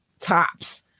tops